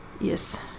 Yes